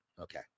Okay